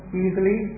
easily